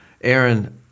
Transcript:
Aaron